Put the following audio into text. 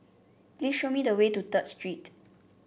please show me the way to Third Street